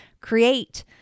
create